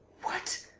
what!